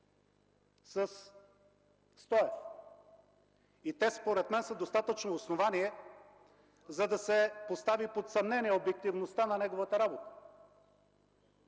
със Стоев и те, според нас, са достатъчно основание, за да се постави под съмнение обективността на неговата работа.